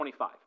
25